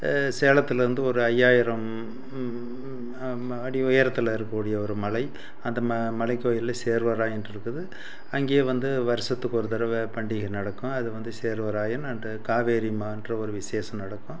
சேலத்துலேருந்து ஒரு ஐயாயிரம் அடி உயரத்தில் இருக்கக்கூடிய ஒரு மலை அந்த மலைக்கோயிலில் சேர்வராயன்ருக்குது அங்கே வந்து வருஷத்துக்கு ஒரு தடவை பண்டிகை நடக்கும் அது வந்து சேர்வராயன் அண்டு காவேரிமான்ற ஒரு விசேஷம் நடக்கும்